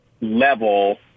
level